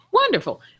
Wonderful